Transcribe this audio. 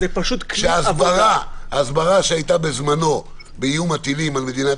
ההסברה שהיתה בזמנו באיום הטילים על מדינת